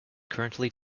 currently